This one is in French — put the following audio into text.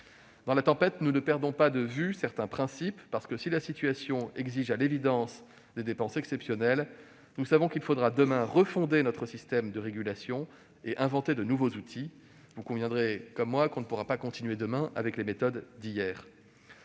Dans la tempête, nous ne perdons pas de vue certains principes : si la situation exige à l'évidence des dépenses exceptionnelles, nous savons qu'il faudra demain refonder notre système de régulation et inventer de nouveaux outils. Vous conviendrez comme moi qu'on ne pourra pas continuer demain avec les méthodes d'hier